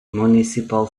municipal